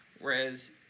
Whereas